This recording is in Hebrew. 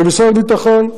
ומשרד הביטחון,